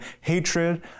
hatred